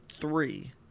three